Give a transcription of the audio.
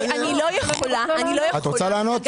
בנק או קופת גמל?